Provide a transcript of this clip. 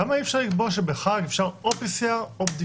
למה אי-אפשר לקבוע שבחג אפשר או בדיקת PCR או בדיקת אנטיגן?